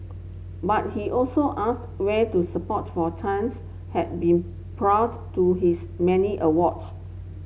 but he also ask where to support for Chen's had been prior to his many awards